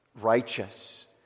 righteous